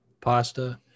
pasta